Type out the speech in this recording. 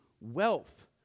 wealth